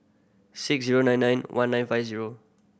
six zero nine nine one nine five zero